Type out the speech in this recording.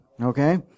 Okay